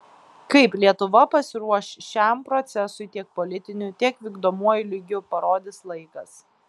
kaip lietuva pasiruoš šiam procesui tiek politiniu tiek vykdomuoju lygiu parodys laikas